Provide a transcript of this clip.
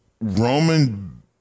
Roman